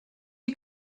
you